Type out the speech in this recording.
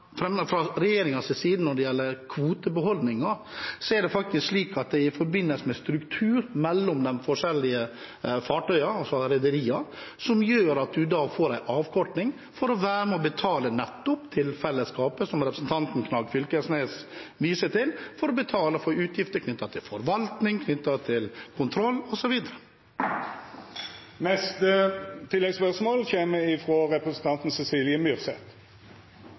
er det faktisk slik at når det gjelder kvotebeholdninger, er det struktur mellom de forskjellige fartøyene, altså rederiene, som gjør at man får en avkorting for å være med og betale til nettopp det fellesskapet som representanten Knag Fylkesnes viser til – betale for utgifter knyttet til forvaltning, kontroll osv. Cecilie Myrseth – til